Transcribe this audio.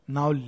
Now